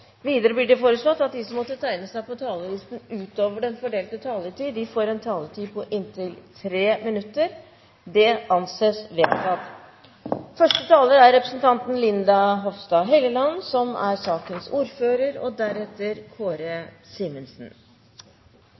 Videre blir det foreslått at de som måtte tegne seg på talerlisten utover den fordelte taletid, får en taletid på inntil 3 minutter. – Det anses vedtatt. Saken vi nå behandler, er